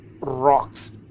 rocks